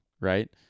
right